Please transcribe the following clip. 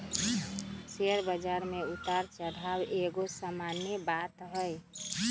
share बजार में उतार चढ़ाओ एगो सामान्य बात हइ